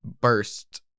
burst